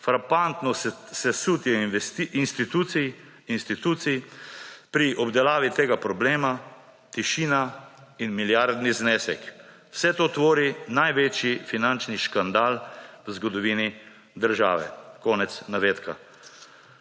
Frapantno sesutje institucij pri obdelavi tega problema, tišina in milijardni znesek. Vse to tvori največji finančni škandal v zgodovini države.« Poslanci